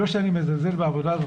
לא שאני מזלזל בעבודה הזאת,